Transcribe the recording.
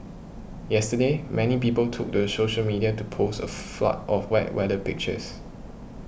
yesterday many people took to social media to post a flood of wet weather pictures